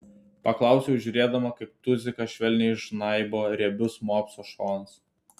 paklausiau žiūrėdama kaip tuzikas švelniai žnaibo riebius mopso šonus